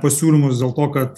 pasiūlymus dėl to kad